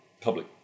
public